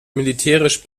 militärisch